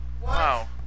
Wow